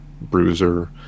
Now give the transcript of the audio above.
bruiser